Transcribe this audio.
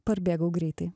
parbėgau greitai